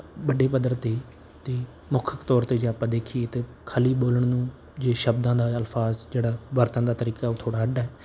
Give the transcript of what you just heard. ਵੱਡੇ ਪੱਧਰ 'ਤੇ ਅਤੇ ਮੁੱਖ ਤੌਰ 'ਤੇ ਜੇ ਆਪਾਂ ਦੇਖੀਏ ਤਾਂ ਖਲੀ ਬੋਲਣ ਨੂੰ ਜੇ ਸ਼ਬਦਾਂ ਦਾ ਅਲਫਾਜ਼ ਜਿਹੜਾ ਵਰਤਣ ਦਾ ਤਰੀਕਾ ਉਹ ਥੋੜ੍ਹਾ ਅੱਡਾ ਹੈ